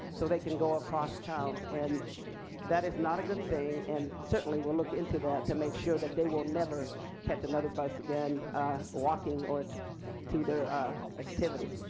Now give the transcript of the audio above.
so they could go across town and that is not a good thing and certainly will look into that to make sure that they will never catch another bus again or to to their ah activity.